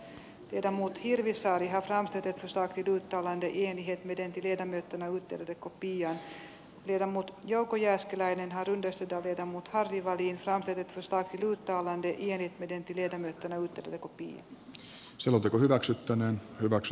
eduskunta edellyttää että avioliittolainsäädäntöä uudistettaessa perheen ulkopuolisessa eli vieraslapsiadoptiossa turvataan lapselle oi keus isään ja äitiin jollei nykyisiä käytäntöjä noudattaen ole lapsen edun kannalta painavia syitä sijoittaa häntä yhden vanhemman perheeseen